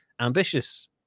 ambitious